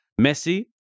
Messi